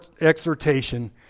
exhortation